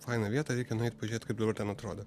fainą vietą reikia nueit pažiūrėt kaip dabar ten atrodo